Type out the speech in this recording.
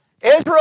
Israel